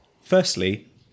Firstly